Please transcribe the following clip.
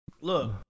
Look